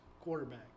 quarterback